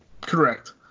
Correct